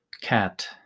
cat